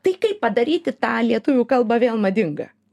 tai kaip padaryti tą lietuvių kalbą vėl madinga